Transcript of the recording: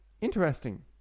interesting